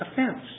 offense